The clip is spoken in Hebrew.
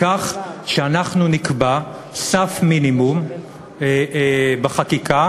לכך שאנחנו נקבע סף מינימום בחקיקה,